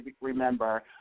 remember